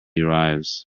arrives